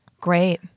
Great